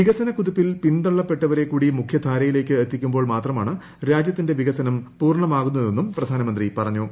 വിക്സനക്കുതിപ്പിൽ പിന്തള്ളപ്പെട്ടവരെകൂടി മുഖ്യധാരയിലേക്ക് എത്തിക്കുമ്പോൾ മാത്രമാണ് രാജ്യത്തിന്റെ വികസനം പൂർണമാകുന്നത് എന്നും പ്രധാനമന്ത്രി പറഞ്ഞു